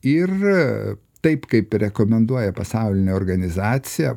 ir taip kaip rekomenduoja pasaulinė organizacija